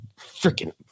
freaking